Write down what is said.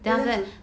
then 这样子